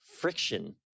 friction